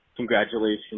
Congratulations